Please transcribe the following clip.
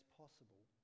possible